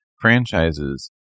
franchises